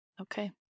Okay